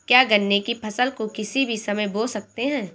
क्या गन्ने की फसल को किसी भी समय बो सकते हैं?